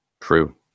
true